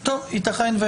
ייתכן,